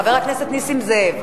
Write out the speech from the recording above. חבר הכנסת נסים זאב,